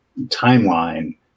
timeline